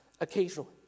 occasionally